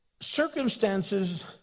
circumstances